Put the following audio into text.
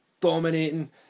dominating